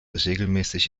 regelmäßig